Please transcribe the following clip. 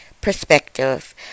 perspective